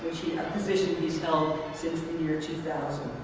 position he's held since the year two thousand.